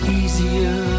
easier